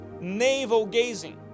navel-gazing